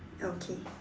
okay